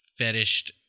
fetished